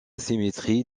symétrie